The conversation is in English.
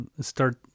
start